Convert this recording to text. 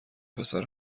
پسر